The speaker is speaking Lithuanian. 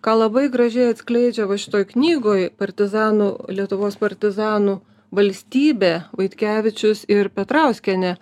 ką labai gražiai atskleidžia va šitoj knygoj partizanų lietuvos partizanų valstybė vaitkevičius ir petrauskienė